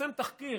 התפרסם תחקיר,